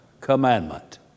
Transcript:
Commandment